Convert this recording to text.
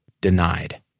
denied